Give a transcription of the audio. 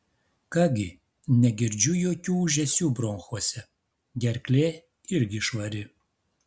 ką gi negirdžiu jokių ūžesių bronchuose gerklė irgi švari